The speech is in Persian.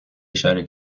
اشاره